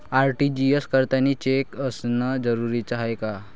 RTGS करतांनी cheque असनं जरुरीच हाय का?